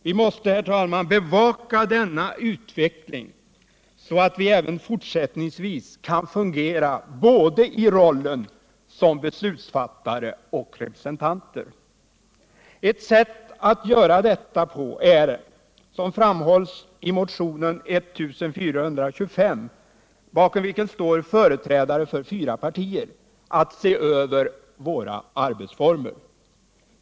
Vi måste bevaka denna utveckling, så att vi även fortsättningsvis kan fungera både i rollen som beslutsfattare och i rollen som representant. Ett sätt att göra detta är — som framhålls i motionen 1425, bakom vilken står företrädare för fyra partier — att se över våra arbetsformer.